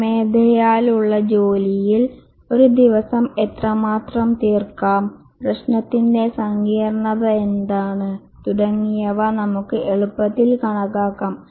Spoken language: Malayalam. സ്വമേധയാലുള്ള ജോലിയിൽ ഒരു ദിവസം എത്രമാത്രം തീർക്കാം പ്രശ്നത്തിന്റെ സങ്കീർണ്ണത എന്താണ് തുടങ്ങിയവ നമുക്ക് എളുപ്പത്തിൽ കണക്കാക്കാം